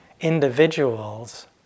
individuals